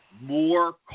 more